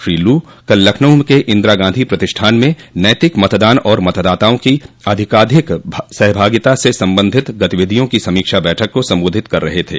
श्री लू कल लखनऊ के इन्दिरागांधी प्रतिष्ठान में नैतिक मतदान और मतदाताओं की अधिकाधिक सहभागिता से संबंधित गतिविधियों की समीक्षा बैठक को सम्बोधित कर रहे थे